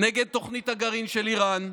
נגד תוכנית הגרעין של איראן.